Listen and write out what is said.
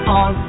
on